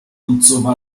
usw